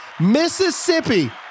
Mississippi